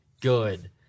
good